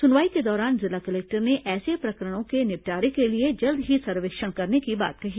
सुनवाई के दौरान जिला कलेक्टर ने ऐसे प्रकरणों के निपटारे के लिए जल्द ही सर्वेक्षण करने की बात कही